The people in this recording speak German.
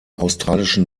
australischen